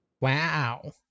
wow